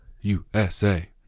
USA